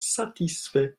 satisfait